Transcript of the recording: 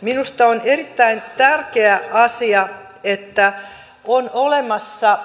minusta on erittäin tärkeä asia että on olemassa